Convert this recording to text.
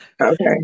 Okay